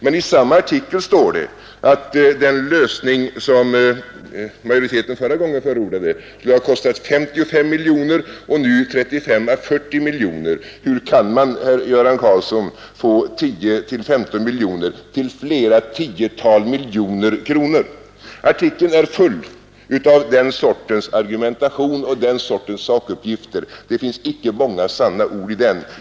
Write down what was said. Men i samma artikel står det att den lösning som majoriteten förra gången förordade skulle ha kostat 55 miljoner kronor och nu mellan 35 och 40 miljoner. Hur kan man, herr Göran Karlsson, få 10—15 miljoner kronor att bli flera tiotal miljoner? Artikeln är full av den sortens argumentation och den sortens sakuppgifter. Det finns icke många sanna ord i den.